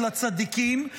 "לצדיקים,